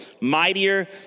mightier